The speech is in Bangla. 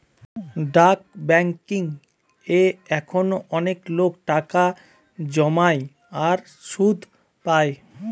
ডাক বেংকিং এ এখনো অনেক লোক টাকা জমায় আর সুধ পায়